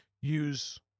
use